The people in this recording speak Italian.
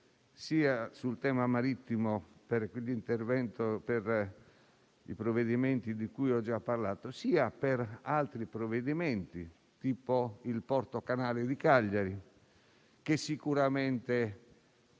sia sul tema marittimo, per i provvedimenti di cui ho già parlato, sia per altri provvedimenti, tipo il Porto canale di Cagliari (sicuramente